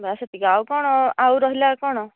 ବାସ ସେତିକି ଆଉ କ'ଣ ଆଉ ରହିଲା କ'ଣ